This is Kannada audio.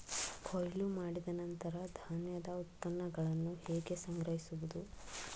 ಕೊಯ್ಲು ಮಾಡಿದ ನಂತರ ಧಾನ್ಯದ ಉತ್ಪನ್ನಗಳನ್ನು ಹೇಗೆ ಸಂಗ್ರಹಿಸುವುದು?